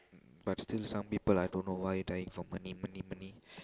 but still some people I don't know why dying for money money money